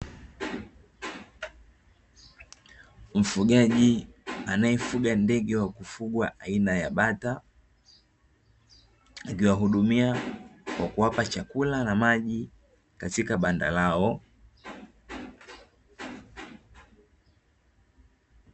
Mfugaji anaefuga ndege aina ya kufugwa aina ya bata, akiwahudumia kwa kuwapa chakula na maji katika banda lao.